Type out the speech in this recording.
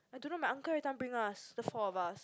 I don't know my uncle every time bring us the four of us